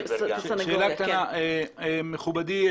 מכובדי,